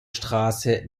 straße